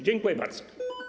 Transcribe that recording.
Dziękuję bardzo.